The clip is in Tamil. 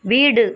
வீடு